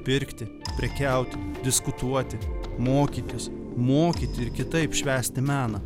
pirkti prekiauti diskutuoti mokytis mokyti ir kitaip švęsti meną